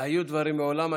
היו דברים מעולם.